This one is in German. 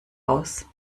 aus